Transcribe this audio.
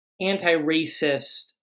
anti-racist